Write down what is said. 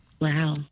Wow